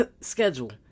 schedule